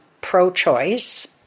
pro-choice